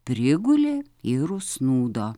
prigulė ir užsnūdo